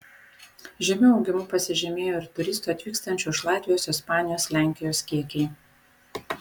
žymiu augimu pasižymėjo ir turistų atvykstančių iš latvijos ispanijos lenkijos kiekiai